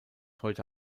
heute